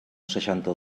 seixanta